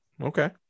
Okay